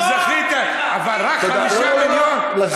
זכית, אבל רק ב-5 מיליון.